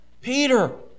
Peter